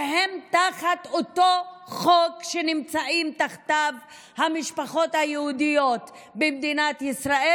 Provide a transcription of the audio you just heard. שהן תחת אותו חוק שנמצאות תחתיו המשפחות היהודיות במדינת ישראל,